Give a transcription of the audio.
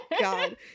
god